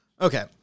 Okay